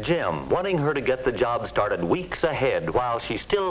jim wanting her to get the job started weeks ahead while she still